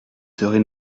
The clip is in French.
serez